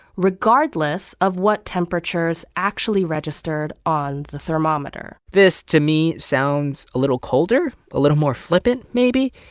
regardless of what temperatures actually registered on the thermometer this, to me, sounds a little colder, a little more flippant, maybe?